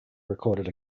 recorded